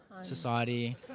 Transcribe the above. society